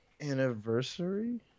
Anniversary